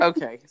Okay